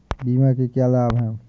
बीमा के क्या लाभ हैं?